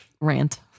rant